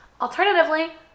alternatively